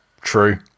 True